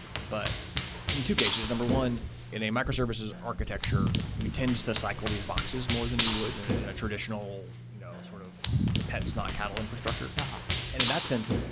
but in two cases, number one in a microservices architecture, you tend to to cycle these boxes more than you would in in a traditional you know sort of pets not cattle infrastructure. and and in that sense,